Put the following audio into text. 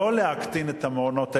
לא להקטין את המעונות האלה,